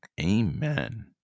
Amen